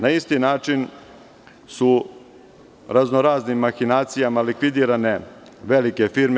Na isti način su razno-raznim mahinacijama likvidirane velike firme.